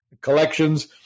collections